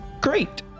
great